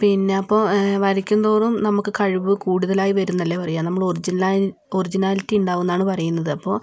പിന്നെ അപ്പോൾ വരയ്ക്കും തോറും നമുക്ക് കഴിവ് കൂടുതലായി വരും എന്നല്ലേ പറയുക നമ്മൾ ഒർജിനലാ ഒർജിനാലിറ്റി ഉണ്ടാകും എന്നാണ് പറയുന്നത് അപ്പോൾ